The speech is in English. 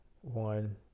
one